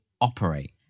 operate